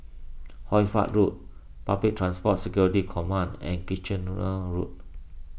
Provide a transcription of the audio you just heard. Hoy Fatt Road Public Transport Security Command and Kitchener Road